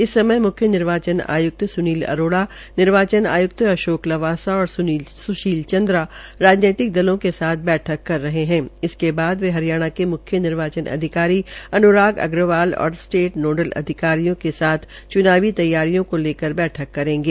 इस समय मुख्य निर्वाचन आयुक्त सुनील अरोड़ा निर्वाचन आयुक्त अशोक लवासा और सुशील चंद्रा राजनीतिक दलों के साथ बैठक कर रहे है इसके बाद वे हरियाणा के मुख्य निर्वाचन अधिकारी अनुराग अग्रवाल और स्टेट नोडल अधिकारियों के साथ च्रनावी तैयारियों को लेकर बैठक करेंगे